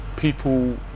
people